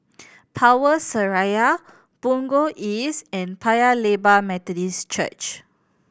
Power Seraya Punggol East and Paya Lebar Methodist Church